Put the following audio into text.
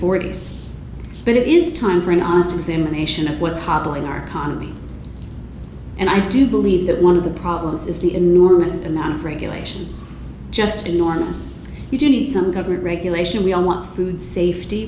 forty s but it is time for an honest examination of what's hobbling our economy and i do believe that one of the problems is the enormous amount of regulations just in the ones you do need some government regulation we all want food safety